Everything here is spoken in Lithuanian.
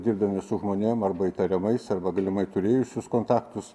dirbdami su žmonėm arba įtariamais arba galimai turėjusius kontaktus